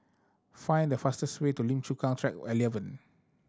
find the fastest way to Lim Chu Kang Track Eleven